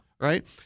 Right